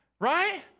Right